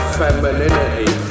femininity